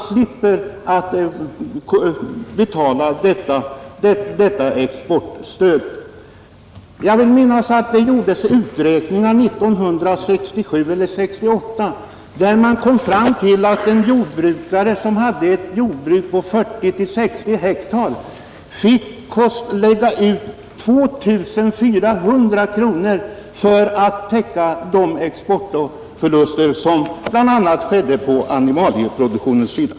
Då skulle vi slippa betala detta exportstöd. Jag vill minnas att det gjordes uträkningar 1967 eller 1968, där man kom fram till att en jordbrukare som hade ett jordbruk på 40—60 ha fick lägga ut 2400 kronor för att täcka de exportförluster som bl, a. gjordes på animalieproduktionen.